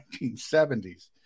1970s